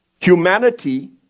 humanity